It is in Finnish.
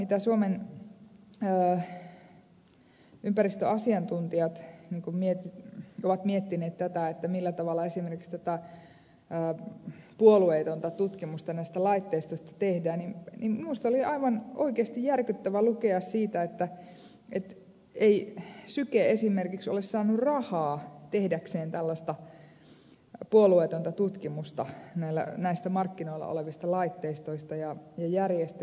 kun suomen ympäristöasiantuntijat ovat miettineet tätä millä tavalla esimerkiksi tätä puolueetonta tutkimusta näistä laitteistoista tehdään niin minusta oli aivan oikeasti järkyttävää lukea siitä että ei syke esimerkiksi ole saanut rahaa tehdäkseen tällaista puolueetonta tutkimusta näistä markkinoilla olevista laitteistoista ja järjestelmistä